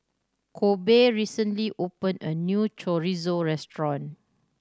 Kobe recently opened a new Chorizo Restaurant